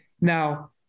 Now